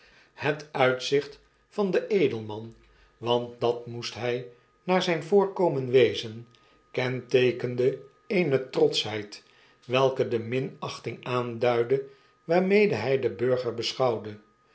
het uitzicht van den edelman want dat moest hjj naar zijn voorkomen wezen kenteekende eene trotschheid welke de minachting aanduidde waarmede hij den burger beschouwde